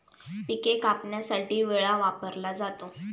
पिके कापण्यासाठी विळा वापरला जातो